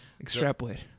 extrapolate